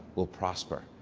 will prosper.